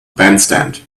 bandstand